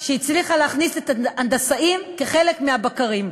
שהיא הצליחה להכניס את ההנדסאים כחלק מהבקרים,